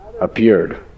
appeared